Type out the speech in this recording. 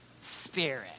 spirit